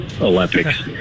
Olympics